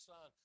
Son